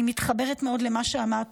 אני מתחברת מאוד למה שאמרת,